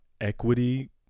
equity